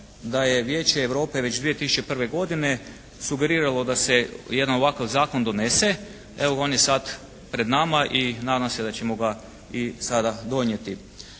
da je Vijeće Europe već 2001. godine sugeriralo da se jedan ovakav zakon donese. Evo, on je sad pred nama i nadam se da ćemo ga i sada i donijeti.